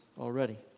already